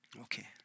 Okay